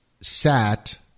sat